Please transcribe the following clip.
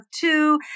two